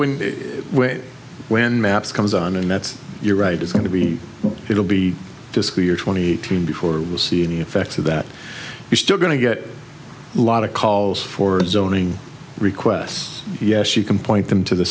where when maps comes on and that's you're right it's going to be it'll be disappear twenty thousand before we see an effect of that you're still going to get a lot of calls for zone requests yes you can point them to the